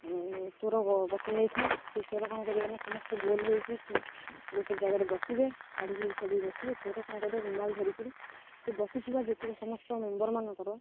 ଚୋର ବଛାଯାଇଥାଏ ସେ ଚୋର କ'ଣ କରିବ ନା ସମସ୍ତେ ଗୋଲ୍ ହେଇକି ଗୋଟେ ଜାଗାରେ ବସିବେ ଛାଡ଼ି ହେଇ ଛାଡ଼ିିକି ବସିବେ ଚୋର କ'ଣ କରରେ ରୁମାଲ୍ ଧରିକିରି ସେ ବସିଥିବା ଯେତିକ ସମସ୍ତ ମେମ୍ବର୍ମାନଙ୍କର